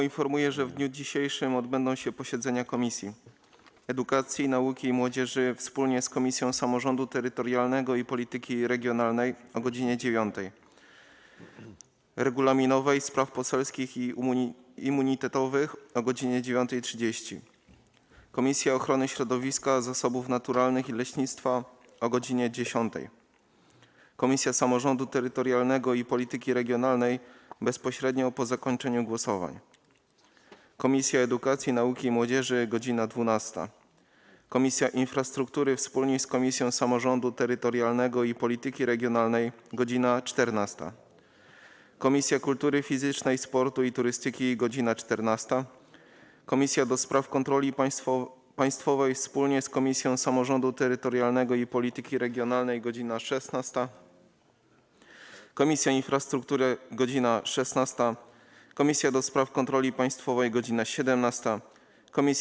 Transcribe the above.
Informuję, że w dniu dzisiejszym odbędą się posiedzenia Komisji: - Edukacji, Nauki i Młodzieży wspólnie z Komisją Samorządu Terytorialnego i Polityki Regionalnej - godz. 9, - Regulaminowej, Spraw Poselskich i Immunitetowych - godz. 9.30, - Ochrony Środowiska, Zasobów Naturalnych i Leśnictwa - godz. 10, - Samorządu Terytorialnego i Polityki Regionalnej - bezpośrednio po zakończeniu głosowań, - Edukacji, Nauki i Młodzieży - godz. 12, - Infrastruktury wspólnie z Komisją Samorządu Terytorialnego i Polityki Regionalnej - godz. 14, - Kultury Fizycznej, Sportu i Turystyki - godz. 14, - do Spraw Kontroli Państwowej wspólnie z Komisją Samorządu Terytorialnego i Polityki Regionalnej - godz. 16, - Infrastruktury - godz. 16, - do Spraw Kontroli Państwowej - godz. 17,